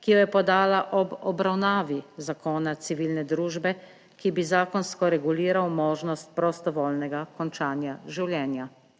ki jo je podala ob obravnavi zakona civilne družbe, ki bi zakonsko reguliral možnost prostovoljnega končanja življenja,